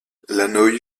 lannoy